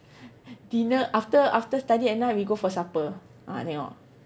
dinner after after study at night we go for supper !huh! tengok